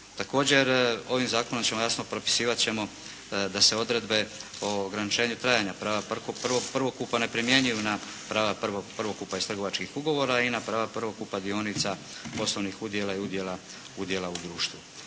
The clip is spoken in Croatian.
Također, ovim zakonom jasno propisivat ćemo da se odredbe o ograničenju trajanja prava prvokupa ne primjenjuju na prava prvokupa iz trgovačkih ugovora i na prava prvokupa dionica poslovnih udjela i udjela u društvu.